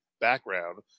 background